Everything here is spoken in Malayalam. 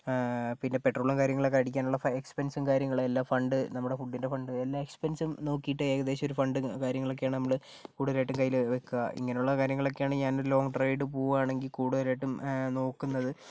പിന്നെ പെട്രോളും കാര്യങ്ങളും ഒക്കെ അടിക്കാനുള്ള എക്സ്പെൻസും കാര്യങ്ങളും എല്ലാം ഫണ്ട് നമ്മുടെ ഫുഡിൻ്റെ ഫണ്ട് എല്ലാ എക്സ്പെൻസും നോക്കിയിട്ടാണ് ഏകദേശം ഒരു ഫണ്ട് കൂടുതലായിട്ടും കയ്യില് വയ്ക്കുക ഇങ്ങനെയൊക്കെയുള്ള കാര്യങ്ങളൊക്കെയാണ് ഞാൻ ലോങ്ങ് റെയ്ഡ് പോവുകയാണെങ്കിൽ കൂടുതലായിട്ടും നോക്കുന്നത്